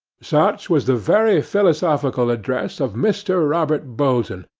such was the very philosophical address of mr. robert bolton,